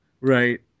Right